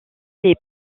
les